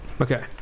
Okay